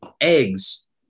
Eggs